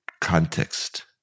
context